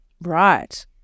Right